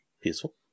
Peaceful